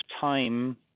time